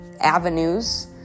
avenues